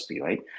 right